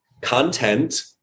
content